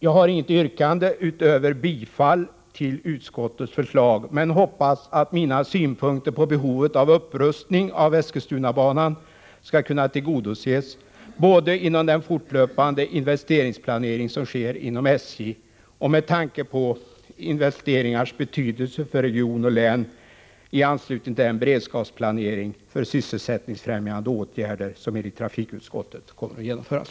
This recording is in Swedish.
Jag har inget yrkande utöver bifall till utskottets förslag, men jag hoppas att mina synpunkter på behovet av upprustning av Eskilstunabanan skall kunna tillgodoses både inom den fortlöpande investeringsplanering som sker inom SJ och med tanke på investeringars betydelse för region och län i anslutning till den beredskapsplanering för sysselsättningsfrämjande åtgärder som enligt trafikutskottet kommer att genomföras.